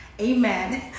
Amen